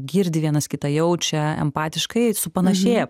girdi vienas kitą jaučia empatiškai supanašėję